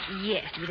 Yes